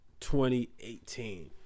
2018